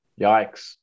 Yikes